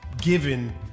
given